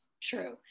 true